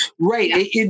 Right